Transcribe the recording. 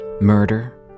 Murder